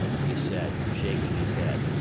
he said, shaking his head,